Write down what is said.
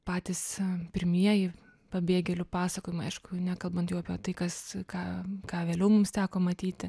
patys pirmieji pabėgėlių pasakojimai aišku jau nekalbant jau apie tai kas ką ką vėliau mums teko matyti